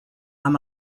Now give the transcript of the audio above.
amb